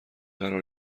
قرار